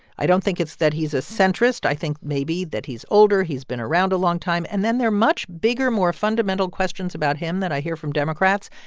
i don't think it's that he's a centrist. i think maybe that he's older. he's been around a long time. and then there are much bigger, more fundamental questions about him that i hear from democrats.